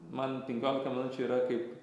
man penkiolika minučių yra kaip